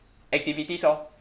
activities orh